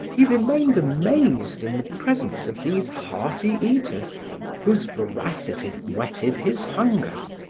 he remained amazed in the presence of these hearty eaters whose voracity whetted his hunger.